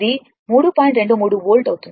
23 volt అవుతుంది